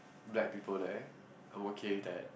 like people there I'm okay with that